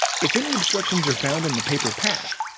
if any obstructions are found in the paper path,